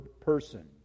person